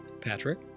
Patrick